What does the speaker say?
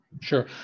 Sure